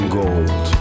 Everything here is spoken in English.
gold